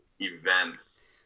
events